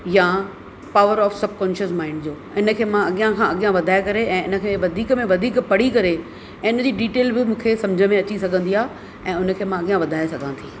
या power of subconscious mind जो इन खे मां अॻियां खां अॻियां वधाए करे ऐं इन खे वधीक में वधीक पढ़ी करे ऐं इन जी डिटेल बि मूंखे सम्झ में अची सघंदी आहे ऐं उन खे मां अॻियां वधाए सघां थी